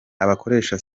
abakoresha